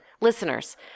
Listeners